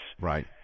Right